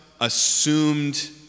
assumed